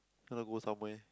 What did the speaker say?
want to go somewhere